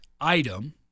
item